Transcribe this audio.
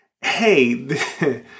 hey